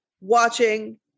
watching